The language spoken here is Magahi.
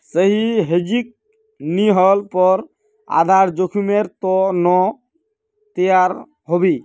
सही हेजिंग नी ह ल पर आधार जोखीमेर त न तैयार रह बो